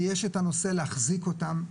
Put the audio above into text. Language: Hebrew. ויש את הנושא של להחזיק אותם,